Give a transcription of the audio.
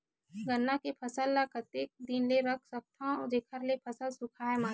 गन्ना के फसल ल कतेक दिन तक रख सकथव जेखर से फसल सूखाय मत?